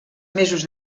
mesos